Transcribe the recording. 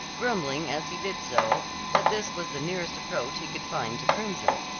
grumbling as he did so that this was the nearest approach he could find to crimson.